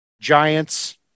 Giants